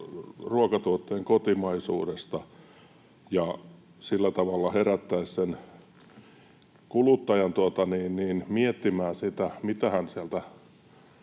ruokatuotteen kotimaisuudesta ja sillä tavalla herättäisi sen kuluttajan miettimään sitä, mitä hän sieltä